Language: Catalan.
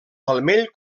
palmell